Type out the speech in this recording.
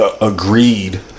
agreed